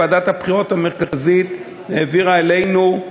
ועדת הבחירות המרכזית העבירה אלינו,